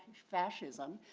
fascism,